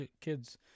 kids